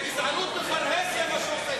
כי אתה כל הזמן צועק.